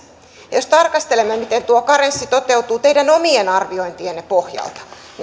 jos tarkastelemme miten tuo karenssi toteutuu teidän omien arviointinne pohjalta niin